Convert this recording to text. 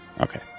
Okay